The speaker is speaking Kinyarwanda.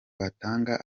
batanga